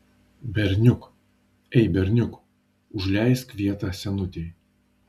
berniuk ei berniuk užleisk vietą senutei